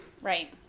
right